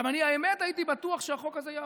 עכשיו, אני, האמת, הייתי בטוח שהחוק הזה יעבור.